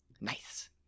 Nice